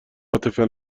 عاطفه